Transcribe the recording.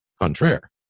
contraire